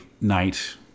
night